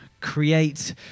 create